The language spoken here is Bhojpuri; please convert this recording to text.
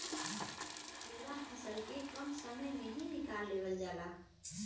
पूरा फसल के कम समय में ही निकाल लेवल जाला